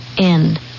end